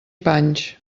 panys